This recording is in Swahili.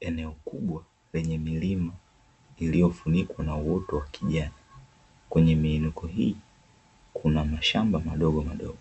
Eneo kubwa lenye milima iliyofunikwa na uoto wa kijani, kwenye miinuko hii kuna mashamba madogomadogo.